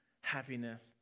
happiness